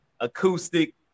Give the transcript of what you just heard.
acoustic